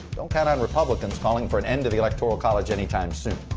don't count on republicans calling for an end to the electoral college any time soon.